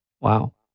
Wow